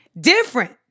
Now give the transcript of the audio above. different